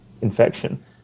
infection